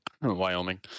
Wyoming